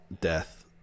death